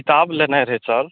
किताब लेनाइ रहय सर